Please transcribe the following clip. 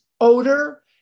odor